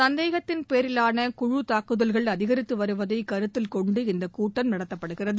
சந்தேகத்தின் பேரிலான குழுத் தாக்குதல்கள் அதிகரித்து வருவதை கருத்தில் கொண்டு இந்தக் கூட்டம் நடத்தப்படுகிறது